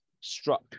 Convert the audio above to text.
struck